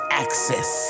access